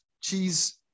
cheese